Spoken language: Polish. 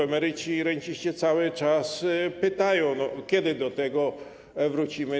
Emeryci i renciści cały czas pytają, kiedy do tego wrócimy.